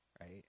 right